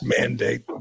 mandate